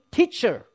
Teacher